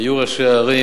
היו ראשי ערים,